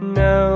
no